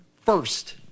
first